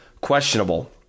questionable